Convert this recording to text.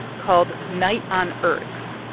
called night on earth,